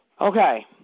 Okay